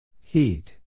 Heat